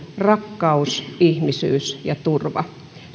rakkaus ihmisyys ja turva